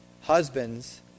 Husbands